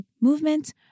movement